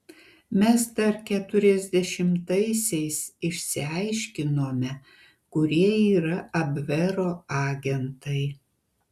mes dar keturiasdešimtaisiais išsiaiškinome kurie yra abvero agentai